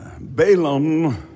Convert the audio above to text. Balaam